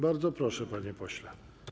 Bardzo proszę, panie pośle.